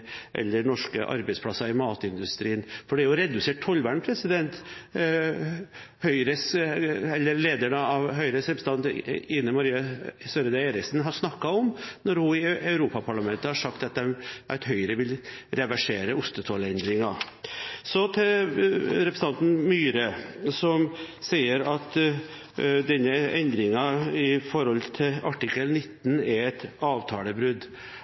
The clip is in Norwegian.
norske arbeidsplasser i matindustrien. For det er jo redusert tollvern Høyres representant Ine M. Eriksen Søreide har snakket om når hun i Europaparlamentet har sagt at Høyre vil reversere ostetollendringen. Så til representanten Myhre, som sier at denne endringen når det gjelder artikkel 19, er et avtalebrudd.